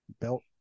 Belt